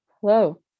hello